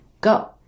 go